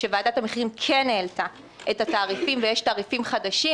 שוועדת המחירים כן העלתה את התעריפים ויש תעריפים חדשים,